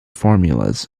formulas